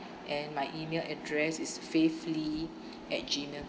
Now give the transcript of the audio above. and my email address is faith lee at gmail